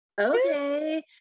Okay